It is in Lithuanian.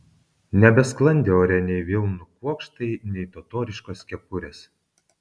nebesklandė ore nei vilnų kuokštai nei totoriškos kepurės